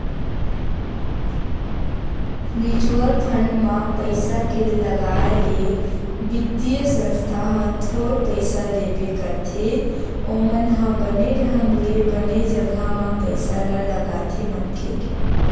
mutual fund म पइसा के लगाए ले बित्तीय संस्था ह थोर पइसा लेबे करथे ओमन ह बने ढंग ले बने जघा म पइसा ल लगाथे मनखे के